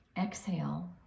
exhale